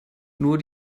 nur